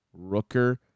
Rooker